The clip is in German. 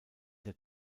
der